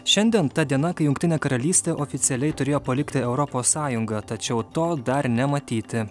šiandien ta diena kai jungtinė karalystė oficialiai turėjo palikti europos sąjungą tačiau to dar nematyti